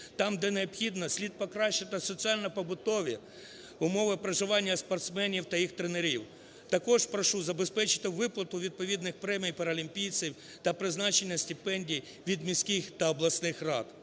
Там, де необхідно, слід покращити соціально-побутові умови проживання спортсменів та їх тренерів. Також прошу забезпечити виплату відповідних премій паралімпійцям та призначення стипендій від міських та обласних рад.